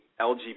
LGBT